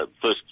first